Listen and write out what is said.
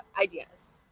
ideas